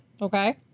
Okay